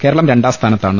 Keralam രണ്ടാംസ്ഥാനത്താണ്